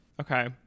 Okay